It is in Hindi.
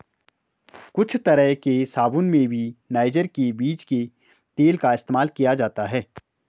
कुछ तरह के साबून में भी नाइजर के बीज के तेल का इस्तेमाल किया जाता है